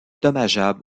dommageable